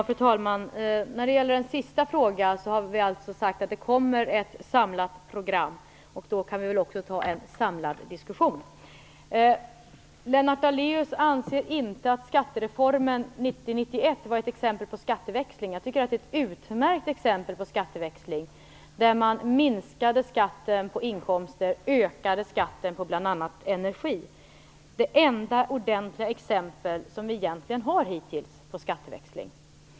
Fru talman! När det gäller den sista frågan har vi sagt att det kommer ett samlat program och då kan vi väl också ta en samlad diskussion. Lennart Daléus anser inte att skattereformen 1990/91 var ett exempel på skatteväxling. Jag tycker att det är ett utmärkt exempel på skatteväxling, där man minskade skatten på inkomster och ökade skatten på bl.a. energi. Det är det enda ordentliga exempel som vi egentligen har hittills på skatteväxling.